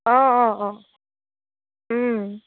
অঁ অঁ অঁ